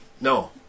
No